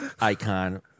icon